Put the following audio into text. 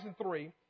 2003